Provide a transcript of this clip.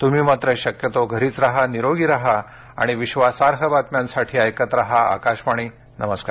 तुम्ही मात्र शक्यतो घरीच राहा निरोगी राहा आणि विश्वासार्ई बातम्यांसाठी ऐकत राहा आकाशवाणी नमस्कार